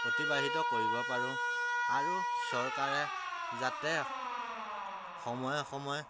অতিবাহিত কৰিব পাৰোঁ আৰু চৰকাৰে যাতে সময়ে সময়ে